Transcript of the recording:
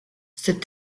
cette